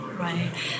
Right